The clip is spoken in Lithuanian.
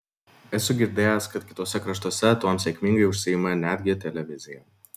esu girdėjęs kad kituose kraštuose tuom sėkmingai užsiima netgi televizija